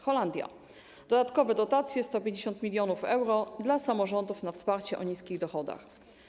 Holandia - dodatkowe dotacje, 150 mln euro dla samorządów na wsparcie przy niskich dochodach.